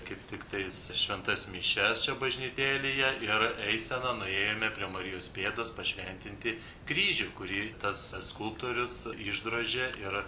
kaip tiktais šventas mišias čia bažnytėlėje ir eisena nuėjome prie marijos pėdos pašventinti kryžių kurį tas skulptorius išdrožė ir